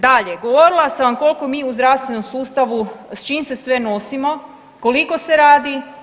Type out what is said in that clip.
Dalje, govorila sam vam koliko mi u zdravstvenom sustavu s čim se sve nosimo, koliko se radi.